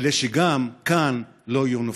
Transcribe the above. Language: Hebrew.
כדי שגם כאן לא יהיו נופלים.